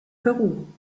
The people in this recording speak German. peru